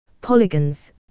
Polygons